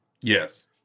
Yes